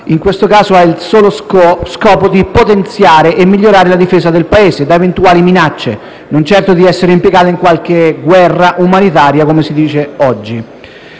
in questo caso ha il solo scopo di potenziare e migliorare la difesa del Paese da eventuali minacce, non certo di essere impiegata in qualche guerra umanitaria, come si dice oggi.